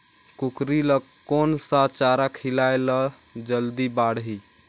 कूकरी ल कोन सा चारा खिलाय ल जल्दी बाड़ही?